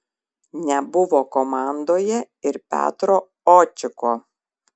nebuvo komandoje ir petro očiko